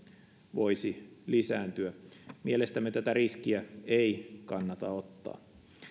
voisi lisääntyä mielestämme tätä riskiä ei kannata ottaa